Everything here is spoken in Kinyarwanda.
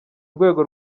rwego